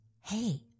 hey